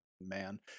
man